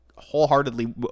wholeheartedly